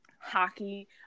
Hockey